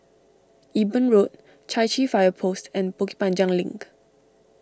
Eben Road Chai Chee Fire Post and Bukit Panjang Link